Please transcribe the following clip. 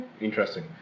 Interesting